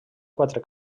quatre